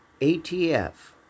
ATF